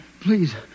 Please